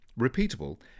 repeatable